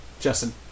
Justin